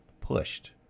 pushed